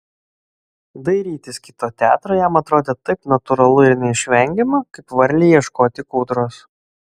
dairytis kito teatro jam atrodė taip natūralu ir neišvengiama kaip varlei ieškoti kūdros